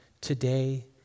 today